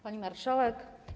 Pani Marszałek!